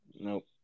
Nope